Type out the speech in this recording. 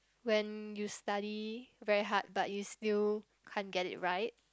when you study very hard but you still can't get it right